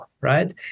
right